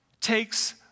takes